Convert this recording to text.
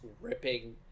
ripping